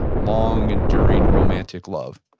long-enduring romantic love?